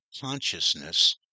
consciousness